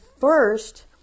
first